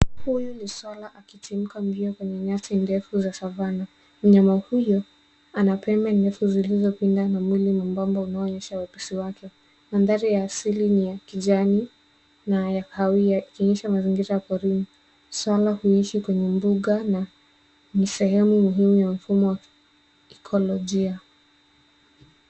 Huyu ni swara akitimuka mbio kwenye nyasi ndefu za savana. Mnyama huyu ana pembe ndefu zilizopinda na mwili mwembamba unaonyesha upesi wake. Mandhari ya asili ni ya kijani na ya kahawia ikionyesha mazingira ya porini. Swara huishi kwenye mbuga na ni sehemu muhimu ya mfumo wa ekolojia.